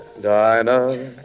Dinah